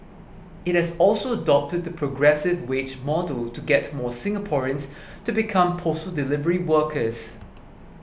it has also adopted the progressive wage model to get more Singaporeans to become postal delivery workers